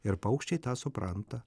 ir paukščiai tą supranta